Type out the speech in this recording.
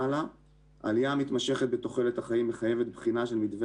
העלייה המתמשכת בתוחלת החיים מחייבת בחינה של מתווה